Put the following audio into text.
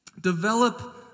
Develop